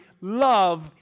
love